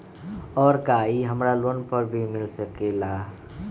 और का इ हमरा लोन पर भी मिल सकेला?